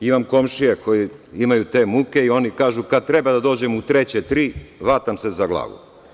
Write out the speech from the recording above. Imam komšije koji imaju te muke i oni kažu – kada treba da dođem u III/3 hvatam se za glavu.